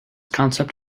concept